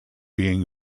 being